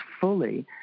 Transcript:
fully